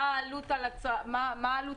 מה העלות על הצרכן,